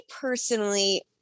personally